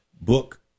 Book